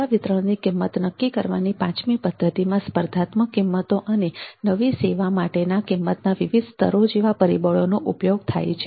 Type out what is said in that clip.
સેવા વિતરણની કિંમત નક્કી કરવાની પાંચમી પદ્ધતિમાં સ્પર્ધાત્મક કિંમતો અને નવી સેવા માટેના કિંમતના વિવિધ સ્તરો જેવા પરિબળોનો ઉપયોગ થાય છે